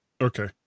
Okay